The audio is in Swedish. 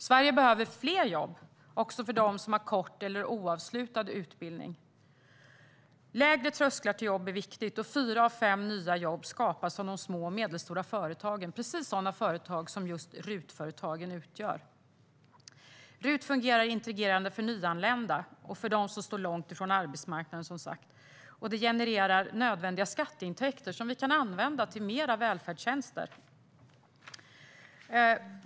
Sverige behöver fler jobb, också för dem som har kort oavslutad utbildning. Lägre trösklar till jobb är viktigt, och fyra av fem nya jobb skapas av de små och medelstora företagen, precis sådana företag som RUT-företagen utgör. RUT fungerar integrerande för nyanlända och, som sagt, för dem som står långt ifrån arbetsmarknaden. Det genererar nödvändiga skatteintäkter som vi kan använda till fler välfärdstjänster.